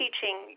teaching